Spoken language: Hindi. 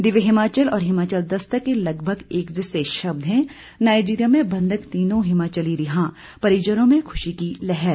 दिव्य हिमाचल और हिमाचल दस्तक के लगभग एक जैसे शब्द हैं नाइजीरिया में बंधक तीनों हिमाचली रिहा परिजनों में खुशी की लहर